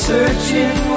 Searching